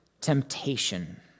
temptation